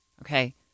okay